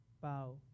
bow